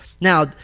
now